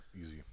easy